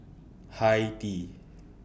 Hi Tea